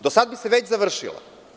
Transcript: Do sada bi se već završila.